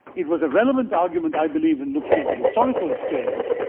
it was a relevant argument i believe in looking at the historical experience.